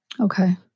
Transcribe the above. Okay